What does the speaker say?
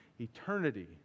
eternity